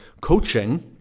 coaching